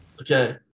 Okay